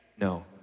No